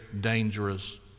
dangerous